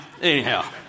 anyhow